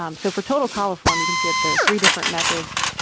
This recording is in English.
um so for total coliform, you can see it, there are three different methods,